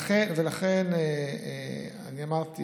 לכן אמרתי